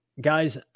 guys